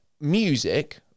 music